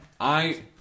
I-